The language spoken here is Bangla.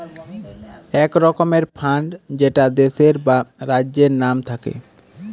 এক রকমের ফান্ড যেটা দেশের বা রাজ্যের নাম থাকে